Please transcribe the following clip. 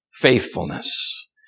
faithfulness